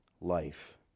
life